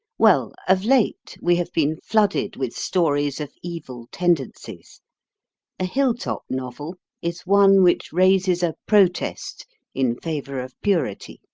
well, of late we have been flooded with stories of evil tendencies a hill-top novel is one which raises a protest in favour of purity.